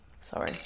Sorry